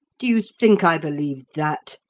do you think i believe that?